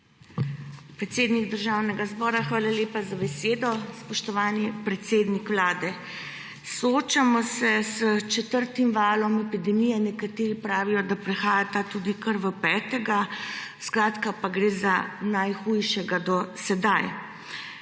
Predsednik Državnega zbora, hvala lepa za besedo. Spoštovani predsednik Vlade! Soočamo se s četrtim valom epidemije. Nekateri pravijo, da ta prehaja kar v petega. Gre pa za najhujšega do sedaj.